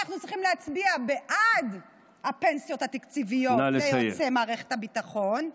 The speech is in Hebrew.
אנחנו צריכים להצביע בעד הפנסיות התקציביות ליוצאי מערכת הביטחון,